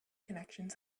connections